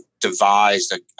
devised